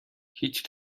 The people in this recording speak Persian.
هیچ